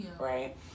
Right